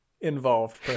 involved